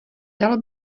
dalo